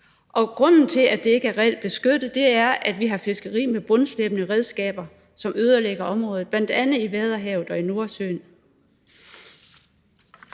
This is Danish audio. og grunden til, at det ikke er reelt beskyttet, er, at vi har fiskeri med bundslæbende redskaber, som ødelægger området, bl.a. i Vadehavet og i Nordsøen.